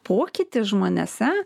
pokytį žmonėse